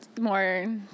more